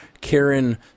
Karen